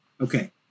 Okay